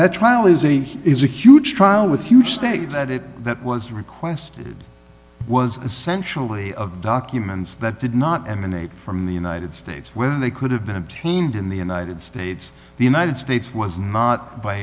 that trial is a is a huge trial with huge stake that it that was requested was essentially of documents that did not emanate from the united states whether they could have been obtained in the united states the united states was not by